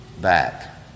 back